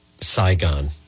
Saigon